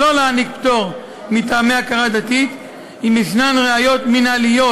שלא להעניק פטור מטעמי הכרה דתית אם יש ראיות מינהליות